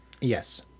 Yes